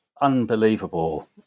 unbelievable